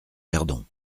verdon